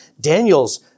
Daniel's